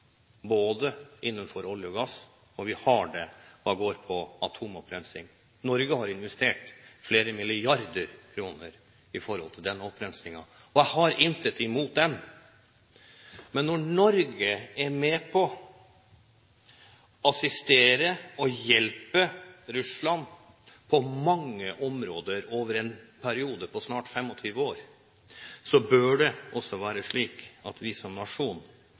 innenfor olje og gass, og vi har det hva angår atomopprensing. Norge har investert flere milliarder kroner til opprensingen. Jeg har intet imot den. Men når Norge har vært med på å assistere og hjelpe Russland på mange områder over en periode på snart 25 år, bør det også være slik at vi som nasjon